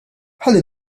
ħalli